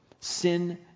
sin